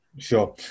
Sure